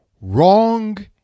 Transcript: wrong